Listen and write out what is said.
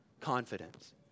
confidence